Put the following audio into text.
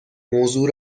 موضوع